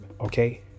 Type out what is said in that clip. Okay